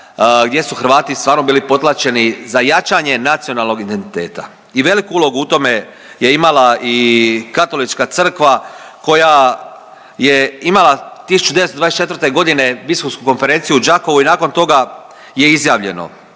gdje su Hrvati stvarno bili potlačeni za jačanje nacionalnog identiteta i veliku ulogu u tome je imala i Katolička crkva koja je imala 1924. godine biskupsku konferenciju u Đakovu i nakon toga je izjavljeno